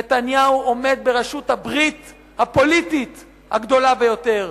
נתניהו עומד בראשות הברית הפוליטית הגדולה ביותר.